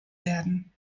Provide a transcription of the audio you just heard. werden